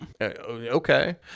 Okay